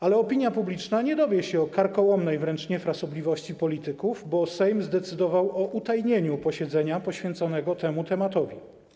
Ale opinia publiczna nie dowie się o karkołomnej wręcz niefrasobliwości polityków, bo Sejm zdecydował o utajnieniu posiedzenia poświęconemu temu tematowi.